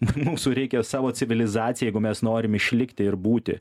mūsų reikia savo civilizaciją jeigu mes norim išlikti ir būti